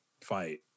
fight